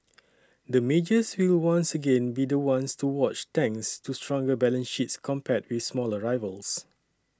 the majors will once again be the ones to watch thanks to stronger balance sheets compared with smaller rivals